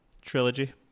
trilogy